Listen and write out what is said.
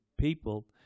people